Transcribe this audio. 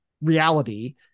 reality